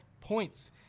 points